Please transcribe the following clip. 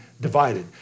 divided